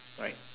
right